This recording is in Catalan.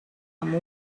amb